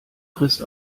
frist